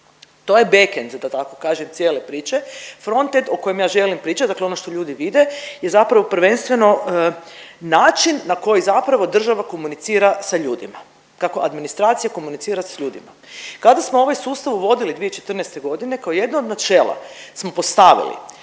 To je backend se to tako kaže cijele priče. Frontend o kojem ja želim pričat, dakle ono što ljudi vide je zapravo prvenstveno način na koji zapravo država komunicira sa ljudima, kako administracija komunicira s ljudima. Kada smo ovaj sustav uvodili 2014. godine kao jedno od načela smo postavili